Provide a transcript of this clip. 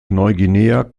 neuguinea